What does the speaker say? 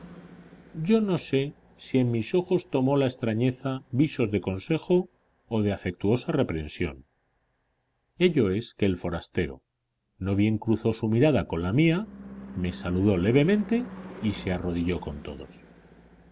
yo no sé si en mis ojos tomó la extrañeza visos de consejo o de afectuosa reprensión ello es que el forastero no bien cruzó su mirada con la mía me saludó levemente y se arrodilló con todos